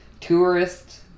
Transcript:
Tourists